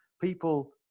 people